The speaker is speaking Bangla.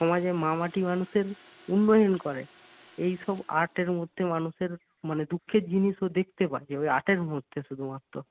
সমাজে মা মাটি মানুষের উন্নয়ন করে এই সব আর্টের মধ্যে মানুষের মানে দুঃখের জিনিসও দেখতে পায় আর্টের মধ্যে শুধুমাত্র